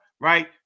right